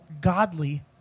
godly